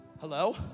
Hello